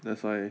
that's why